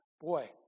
boy